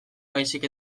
baizik